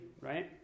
right